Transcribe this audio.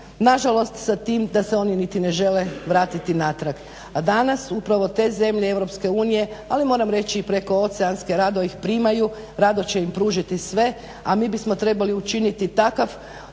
na žalost sa tim da se oni niti ne žele vratiti natrag. A danas upravo te zemlje Europske unije, ali moram reći i preko oceanske rado ih primaju, rado će im pružiti sve a mi bismo trebali učiniti takvo